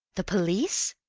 the police?